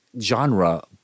genre